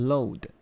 Load